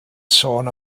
sôn